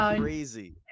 crazy